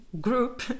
group